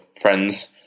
friends